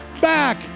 back